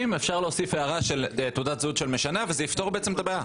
אפשר להוסיף בהערה תעודת זהות של משנע וזה יפתור את הבעיה.